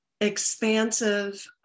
expansive